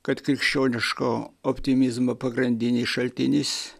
kad krikščioniško optimizmo pagrindinis šaltinis